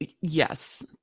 yes